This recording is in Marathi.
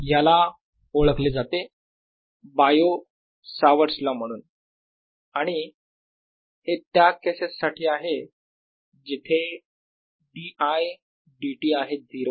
याला ओळखले जाते Biot Savart's law Bio Savart's law म्हणून आणि हे त्या केसेस साठी आहे जिथे dI dt आहे 0